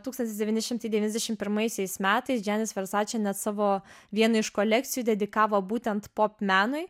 tūkstantis devyni šimtai devyniasdešimt pirmaisiais metais džianis versace net savo vieną iš kolekcijų dedikavo būtent pop menui